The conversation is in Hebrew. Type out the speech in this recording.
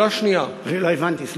לא הבנתי.